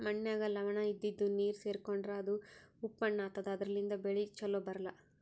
ಮಣ್ಣಿನಾಗ್ ಲವಣ ಇದ್ದಿದು ನೀರ್ ಸೇರ್ಕೊಂಡ್ರಾ ಅದು ಉಪ್ಪ್ ಮಣ್ಣಾತದಾ ಅದರ್ಲಿನ್ಡ್ ಬೆಳಿ ಛಲೋ ಬರ್ಲಾ